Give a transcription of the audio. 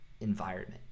environment